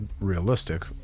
realistic